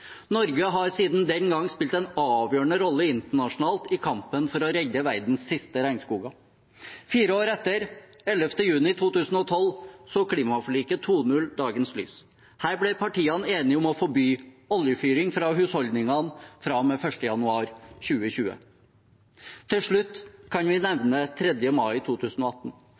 Norge har siden den gangen spilt en avgjørende rolle internasjonalt i kampen for å redde verdens siste regnskoger. Fire år etter, 11. juni 2012, så klimaforliket 2.0 dagens lys. Her ble partiene enige om å forby oljefyring fra husholdningene fra og med 1. januar 2020. Til slutt kan vi nevne 3. mai 2018.